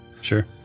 Sure